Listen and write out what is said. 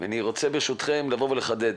אני רוצה ברשותכם לחדד.